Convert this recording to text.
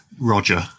Roger